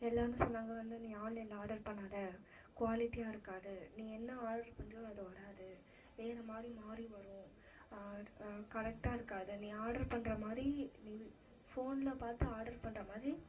எல்லாேரும் சொன்னாங்க வந்து நீ ஆன்லைனில் ஆர்டர் பண்ணாதே குவாலிடியாக இருக்காது நீ என்ன ஆர்டர் பண்ணுறியோ அது வராது வேறு மாதிரி மாறி வரும் கரெட்டாக இருக்காது நீ ஆர்டர் பண்ணுற மாதிரி நீ ஃபோனில் பார்த்து ஆர்டர் பண்ணுற மாதிரி